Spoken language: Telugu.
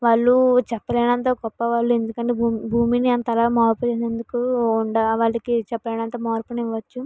వాళ్ళు చెప్పలేనంత గొప్ప వాళ్ళు ఎందుకంటే భూమి భూమిని అంతలా మార్పు చెందినందుకు వాళ్లకి చెప్పలేనంత మార్పుని ఇవ్వచ్చు